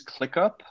ClickUp